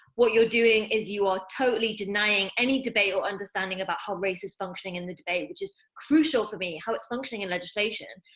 what you're doing, is you are totally denying any debate, or understanding about how race is functioning in the debate, which is crucial for me, how it's functioning in legislation.